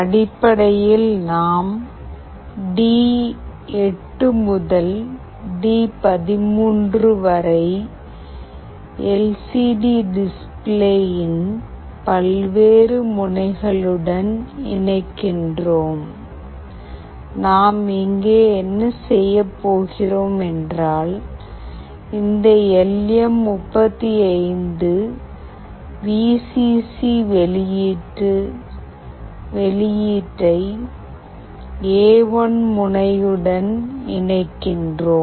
அடிப்படையில் நாம் டி8 முதல் டி13 வரை எல் சி டி டிஸ்ப்ளேயின் பல்வேறு முனைகளுடன் இணைக்கிறோம் நாம் இங்கே என்ன செய்யப் போகிறோம் என்றால் இந்த L M 35 we C C வெளியீட்டை எ1 முனை உடன் இணைக்கிறோம்